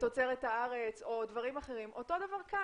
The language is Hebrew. או דברים אחרים, אותו דבר כאן.